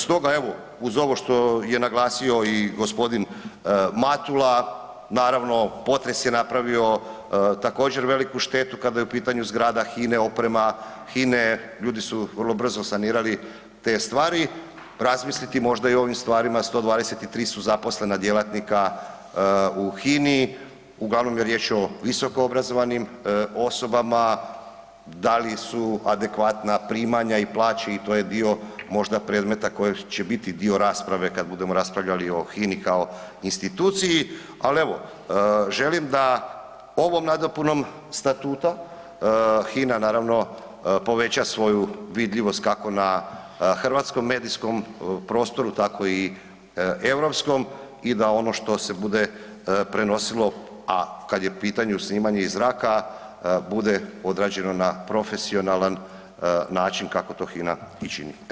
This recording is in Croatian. Stoga evo, uz ovo što je naglasio i g. Matula, naravno, potres je napravio također, veliku štetu kada je u pitanju zgrada HINA-e, ljudi su vrlo brzo sanirali te stvari, razmisliti možda i o ovim stvarima, 123 su zaposlena djelatnika u HINA-i, uglavnom je riječ o visokoobrazovanim osobama, da li su adekvatna primanja i plaće i to je dio, možda predmeta koji će biti dio rasprave kad budemo raspravljali o HINA-i kao instituciji, ali evo, želim da ovom nadopunom Statuta, HINA naravno poveća svoju vidljivost, kako na hrvatskom medijskom prostoru, tako i europskom i da ono što se bude prenosilo, a kad je u pitanju snimanje iz zraka, bude odrađeno na profesionalan način kako to HINA i čini.